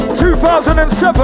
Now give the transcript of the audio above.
2007